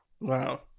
Wow